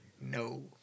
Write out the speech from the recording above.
No